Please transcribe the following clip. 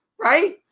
Right